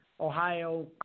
Ohio